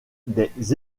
des